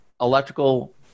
electrical